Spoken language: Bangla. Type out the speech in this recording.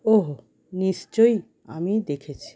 ওহো নিশ্চই আমি দেখেছি